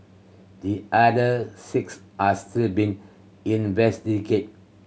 the other six are still being investigated